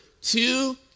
two